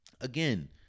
again